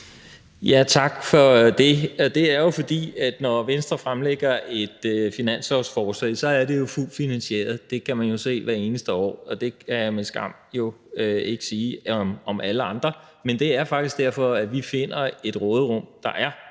er jo, fordi det er sådan, at når Venstre fremlægger et finanslovsforslag, er det fuldt finansieret. Det kan man jo se hvert eneste år, og det kan man med skam at melde ikke sige om alle andre. Men det er faktisk derfor, at vi finder et råderum, så det er